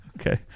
Okay